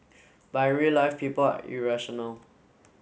but in real life people irrational